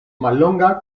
mallonga